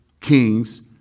kings